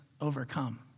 overcome